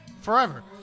Forever